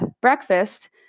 breakfast